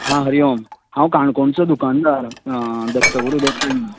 हां हरी ओम हांव काणकोणचो दुकानदार दत्तगुरू देसाय